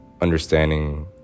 understanding